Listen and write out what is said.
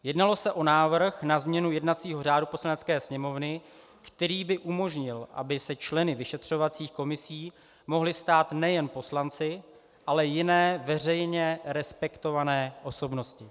Jednalo se o návrh na změnu jednacího řádu Poslanecké sněmovny, který by umožnil, aby se členy vyšetřovacích komisí mohli stát nejen poslanci, ale i jiné veřejně respektované osobnosti.